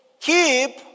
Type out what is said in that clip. keep